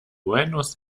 buenos